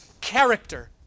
character